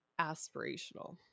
aspirational